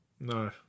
No